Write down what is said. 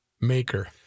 maker